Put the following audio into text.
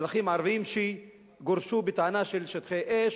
אזרחים ערבים שגורשו בטענה של שטחי אש